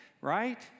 Right